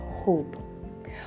hope